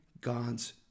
God's